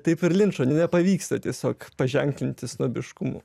taip ir linčo nepavyksta tiesiog paženklinti snobiškumu